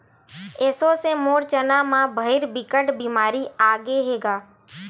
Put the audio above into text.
एसो से मोर चना म भइर बिकट बेमारी आगे हे गा